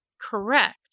Correct